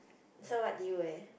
so what did you wear